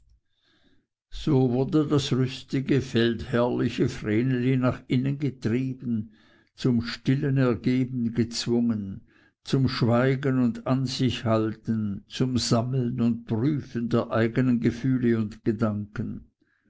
so wurde das rüstige feldherrliche vreneli nach innen getrieben zum stillen ergeben gezwungen zum schweigen und ansichhalten zum sammeln und prüfen der eigenen gefühle und gedanken